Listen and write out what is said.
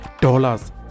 dollars